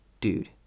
dude